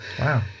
Wow